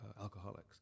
alcoholics